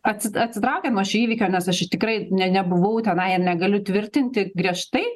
atsit atsitraukiant nuo šio įvykio nes aš iš tikrai ne nebuvau tenai ir negaliu tvirtinti griežtai